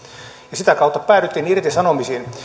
ja sitä kautta päädyttiin irtisanomisiin